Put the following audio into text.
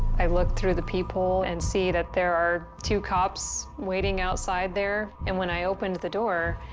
i look through the peephole and see that there are two cops waiting outside there. and when i opened the door,